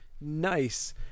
nice